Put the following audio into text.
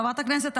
חברת הכנסת,